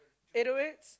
eight o eights